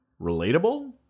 Relatable